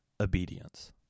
obedience